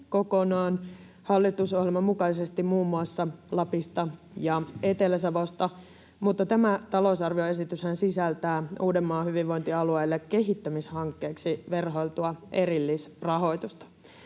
kokonaan hallitusohjelman mukaisesti muun muassa Lapista ja Etelä-Savosta, mutta tämä talousarvioesityshän sisältää Uudenmaan hyvinvointialueille kehittämishankkeeksi verhoiltua erillisrahoitusta.